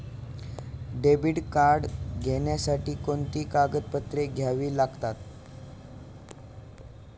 Debit card घेण्यासाठी कोणती कागदपत्रे द्यावी लागतात?